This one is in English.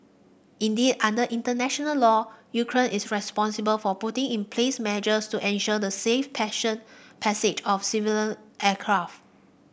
indeed under international law Ukraine is responsible for putting in place measures to ensure the safe passion passage of civilian aircraft